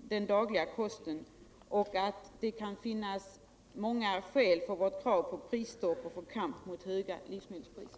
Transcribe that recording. den dagliga kosten och att det kan finnas många skäl för vårt krav på prisstopp och kamp mot höga livsmedelspriser.